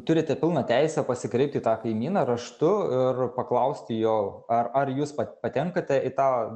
turite pilną teisę pasikreipti į tą kaimyną raštu ir paklausti jo ar ar jūs patenkate į tą